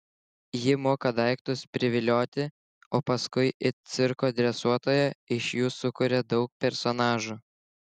ji moka daiktus privilioti o paskui it cirko dresuotoja iš jų sukuria daug personažų